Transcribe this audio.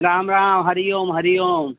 Ram Ram Hari Om Hari Om